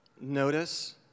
notice